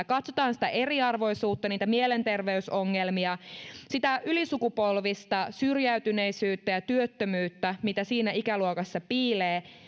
katsotaan sitä eriarvoisuutta niitä mielenterveysongelmia sitä ylisukupolvista syrjäytyneisyyttä ja työttömyyttä mitä siinä ikäluokassa piilee